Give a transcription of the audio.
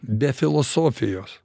be filosofijos